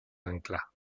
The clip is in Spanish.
ancla